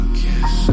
kiss